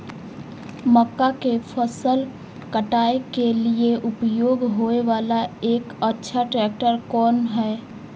मक्का के फसल काटय के लिए उपयोग होय वाला एक अच्छा ट्रैक्टर कोन हय?